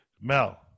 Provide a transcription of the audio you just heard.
Mel